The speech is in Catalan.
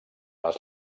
les